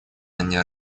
анне